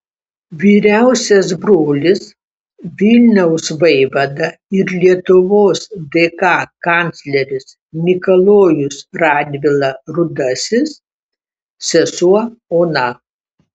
vyriausias brolis vilniaus vaivada ir lietuvos dk kancleris mikalojus radvila rudasis sesuo ona